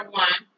one